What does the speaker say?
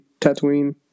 Tatooine